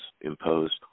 imposed